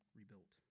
rebuilt